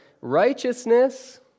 righteousness